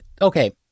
okay